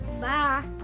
Bye